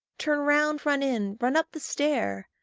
turn round, run in, run up the stair.